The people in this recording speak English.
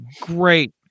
Great